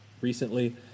recently